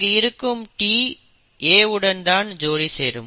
இங்கு இருக்கும் T A உடன் தான் ஜோடி சேரும்